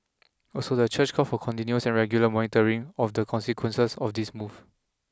also the church called for continuous and regular monitoring of the consequences of this move